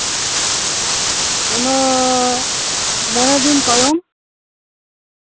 ᱚᱱᱟ ᱢᱚᱬᱮ ᱫᱤᱱ ᱛᱟᱭᱚᱢ